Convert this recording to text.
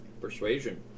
Persuasion